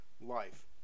life